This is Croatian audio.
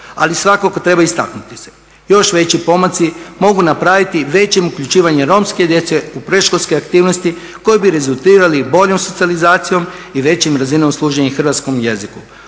Ali svakako treba istaknuti se. Još veći pomaci mogu napraviti većim uključivanjem romske djece u predškolske aktivnosti koji bi rezultirali boljom socijalizacijom i većom razinom služenja hrvatskom jeziku.